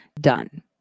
done